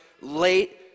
late